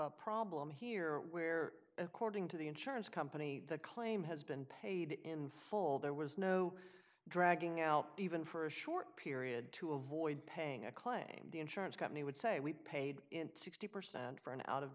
a problem here where according to the insurance company the claim has been paid in full there was no dragging out even for a short period to avoid paying a claim the insurance company would say we paid sixty percent for an out of